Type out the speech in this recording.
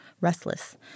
restless